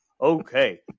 Okay